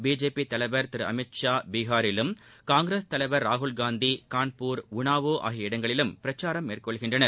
BJP தலைவர் திரு அமீத் ஷா பீகாரிலும் காங்கிரஸ் தலைவர் ராகுல்காந்தி கான்பூர் உனாவோ ஆகிய இடங்களிலும் பிரச்சாரம் மேற்கொள்கின்றனர்